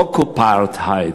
ב-occupartheide,